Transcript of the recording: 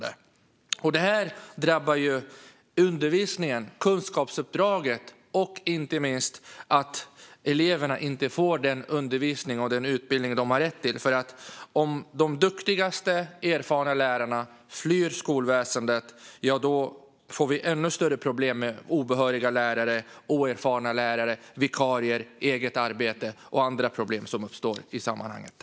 Det här drabbar undervisningen och kunskapsuppdraget, och inte minst resulterar det i att eleverna inte får den undervisning och utbildning de har rätt till. Om de duktigaste och mest erfarna lärarna flyr skolväsendet får vi nämligen ännu större problem med obehöriga lärare, oerfarna lärare, vikarier, eget arbete och andra problem som uppstår i sammanhanget.